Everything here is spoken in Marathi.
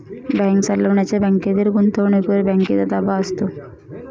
बँक चालवणाऱ्यांच्या बँकेतील गुंतवणुकीवर बँकेचा ताबा असतो